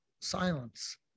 Silence